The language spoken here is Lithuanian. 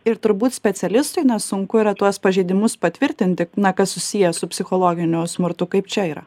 ir turbūt specialistui nesunku yra tuos pažeidimus patvirtinti na kas susiję su psichologiniu smurtu kaip čia yra